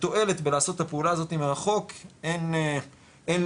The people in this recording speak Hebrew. התועלת בלעשות את הפעולה הזו מרחוק אין לה